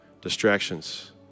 Distractions